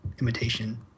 imitation